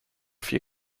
vier